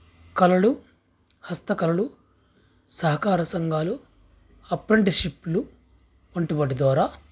కళలు హస్త కళలు సహకార సంఘాలు అప్రంట్షిప్లు వంటి వాటి ద్వారా